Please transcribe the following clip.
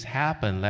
happen